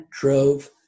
drove